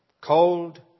cold